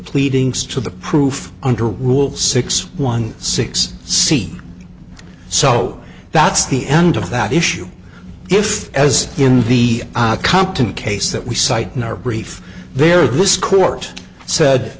pleadings to the proof under rule six one six c so that's the end of that issue if as in the compton case that we cite in our brief there this court said